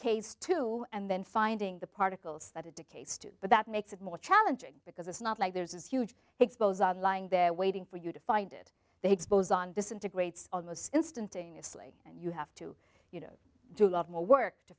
decays to and then finding the particles that it decays to but that makes it more challenging because it's not like there's a huge expose on lying there waiting for you to find it they expose on disintegrates almost instantaneously and you have to you know do a lot more work to